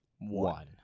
one